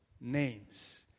names